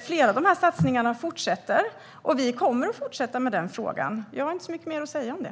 Flera av dessa satsningar fortsätter, och vi kommer att fortsätta att arbeta med den frågan. Jag har inte så mycket mer att säga om det.